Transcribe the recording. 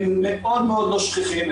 הם מאוד לא שכיחים,